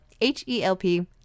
H-E-L-P